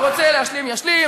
הרוצה להשלים ישלים,